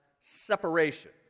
separation